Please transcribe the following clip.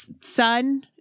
son